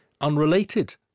unrelated